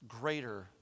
greater